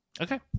Okay